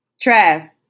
Trav